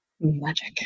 magic